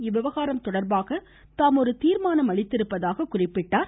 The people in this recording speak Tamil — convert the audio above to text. இவ்விவகாரம் தொடர்பாக தாம் ஒரு தீர்மானம் அளித்திருப்பதாக கூறினார்